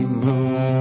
moon